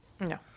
No